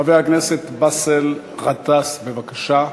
חבר הכנסת באסל גטאס, בבקשה.